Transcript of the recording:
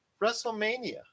WrestleMania